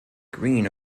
greene